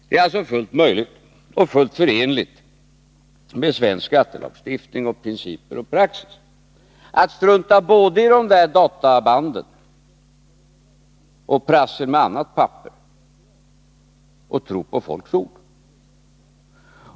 Det är alltså fullt möjligt och fullt förenligt med svensk skattelagstiftning och principer och praxis att strunta i både databanden och prassel med annat papper ochi stället tro på folks ord.